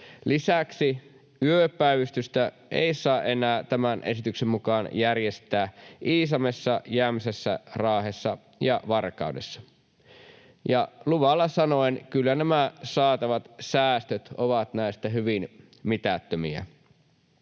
Lisäksi yöpäivystystä ei saa enää tämän esityksen mukaan järjestää Iisalmessa, Jämsässä, Raahessa ja Varkaudessa. Luvalla sanoen: kyllä näistä saatavat säästöt ovat hyvin mitättömiä,